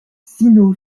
sino